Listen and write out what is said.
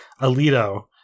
Alito